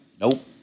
nope